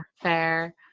fair